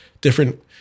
different